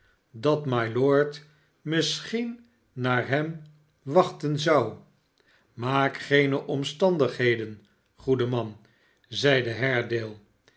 dat mylord misschien naar hem wachten zou maak geene omstandigheden goede man zeide